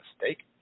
mistake